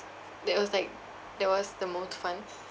that was like that was the most fun